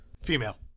Female